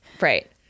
Right